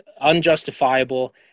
unjustifiable